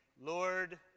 Lord